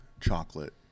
chocolate